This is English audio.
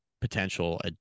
potential